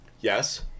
Yes